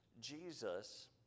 Jesus